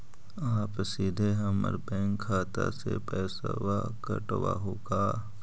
आप सीधे हमर बैंक खाता से पैसवा काटवहु का?